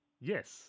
Yes